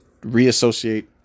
reassociate